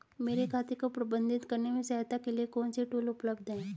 मेरे खाते को प्रबंधित करने में सहायता के लिए कौन से टूल उपलब्ध हैं?